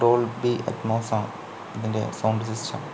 Dolby അറ്റ്മോസാണ് ഇതിൻ്റെ sound system